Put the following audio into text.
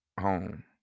home